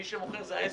מי שמוכר, זה העסק.